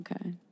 Okay